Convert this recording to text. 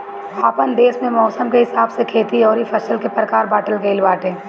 आपन देस में मौसम के हिसाब से खेती अउरी फसल के प्रकार बाँटल गइल बाटे